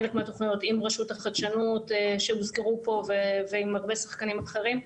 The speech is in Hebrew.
חלק מהתוכניות עם רשות החדשנות שהוזכרו פה ועם הרבה שחקנים אחרים.